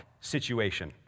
situation